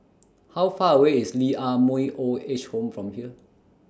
How Far away IS Lee Ah Mooi Old Age Home from here